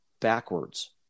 backwards